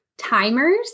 timers